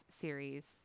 series